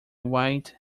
white